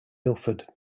milford